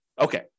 okay